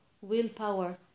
willpower